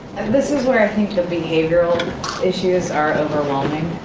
this is where i think the behavioral issues are overwhelming.